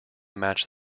match